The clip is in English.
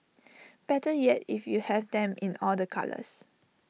better yet if you have them in all the colours